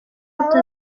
mugore